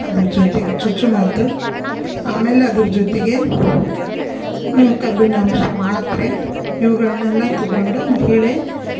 ಅದ್ರ ಜೊತೆಗೆ ಚುಚ್ಚುಮದ್ದು ಆಮೇಲೆ ಅದ್ರ ಜೊತೆಗೆ ಕಬ್ಬಿಣಾಂಶ ಮಾತ್ರೆ ಇವುಗಳ್ನೆಲ್ಲ ತೊಗೊಂಡು ಮಹಿಳೆ